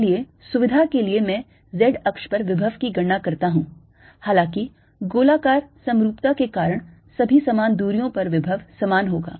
इसलिए सुविधा के लिए मैं z अक्ष पर विभव की गणना करता हूं हालांकि गोलाकार समरूपता के कारण सभी समान दूरियों पर विभव समान होगा